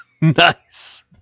Nice